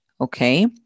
Okay